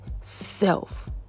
self